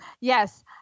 yes